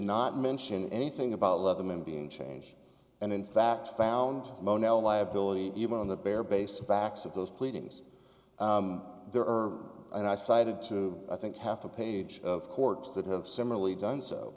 not mention anything about love them in being changed and in fact found mono a liability even on the bare basic facts of those pleadings there are and i cited to i think half a page of courts that have similarly done so